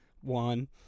one